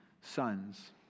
sons